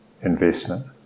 investment